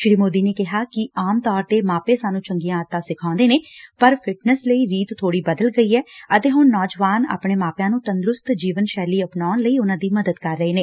ਸ੍ਰੀ ਮੋਦੀ ਨੇ ਕਿਹਾ ਕਿ ਆਮ ਤੌਰ ਤੇ ਮਾਪੇ ਸਾਨੂੰ ਚੰਗੀਆਂ ਆਦਤਾਂ ਸਿਖਾਉਂਦੇ ਨੇ ਪਰ ਫਿਟਨੈਸ ਲਈ ਰੀਤ ਬੋੜੀ ਬਦਲ ਗਈ ਏ ਅਤੇ ਹੁਣ ਨੌਜਵਾਨ ਆਪਣੇ ਮਾਪਿਆਂ ਨੂੰ ਤੰਦਰੁਸਤ ਜੀਵਨ ਸ਼ੈਲੀ ਅਪਣਾਉਣ ਲਈ ਉਨੂਾਂ ਦੀ ਮਦਦ ਕਰ ਰਹੇ ਨੇ